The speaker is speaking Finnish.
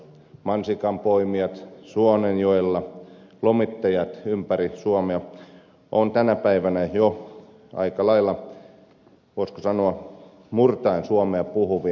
mansikanpoimijat suonenjoella lomittajat ympäri suomea ovat tänä päivänä jo aika lailla voisiko sanoa murtaen suomea puhuvia